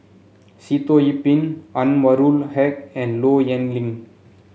Sitoh Yih Pin Anwarul Haque and Low Yen Ling